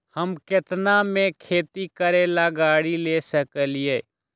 हम केतना में खेती करेला गाड़ी ले सकींले?